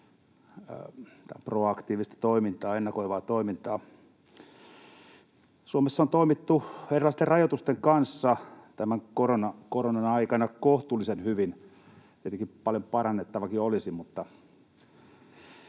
Tämä on proaktiivista toimintaa, ennakoivaa toimintaa. Suomessa on toimittu erilaisten rajoitusten kanssa tämän koronan aikana kohtuullisen hyvin — tietenkin paljon parannettavaakin olisi, mutta